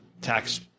tax